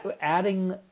adding